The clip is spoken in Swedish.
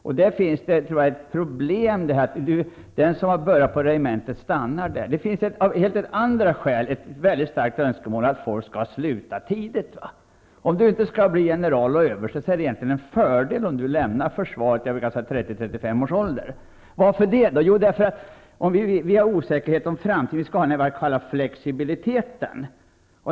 Det är ett problem att den som har börjat på ett regemente stannar där. Det finns även av andra skäl ett mycket starkt önskemål att folk skall sluta tidigt. Om man inte skall bli general eller överste är det egentligen en fördel om man lämnar försvaret i 30-- 35-årsåldern. Varför är det så? Jo, det finns osäkerhet om framtiden, och vi skall ha en flexibilitet.